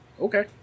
okay